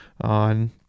on